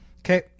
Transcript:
Okay